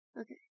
Okay